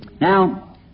Now